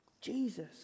Jesus